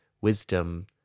wisdom